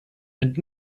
and